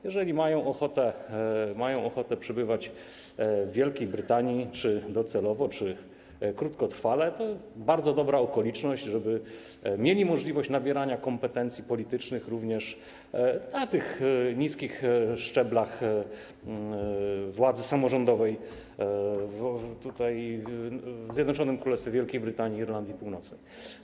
Jeżeli mają ochotę przebywać w Wielkiej Brytanii, czy docelowo, czy krótkotrwale, to bardzo dobra okoliczność, żeby mieli możliwość nabierania kompetencji politycznych, również na tych niskich szczeblach władzy samorządowej, w Zjednoczonym Królestwie Wielkiej Brytanii i Irlandii Północnej.